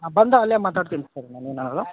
ನಾ ಬಂದು ಅಲ್ಲೇ ಮಾತಾಡ್ತಿನಿ ಸರ್